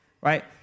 right